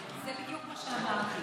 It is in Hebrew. זה בדיוק מה שאמרתי.